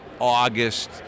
August